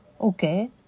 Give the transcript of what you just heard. Okay